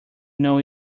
know